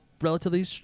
relatively